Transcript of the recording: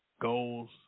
goals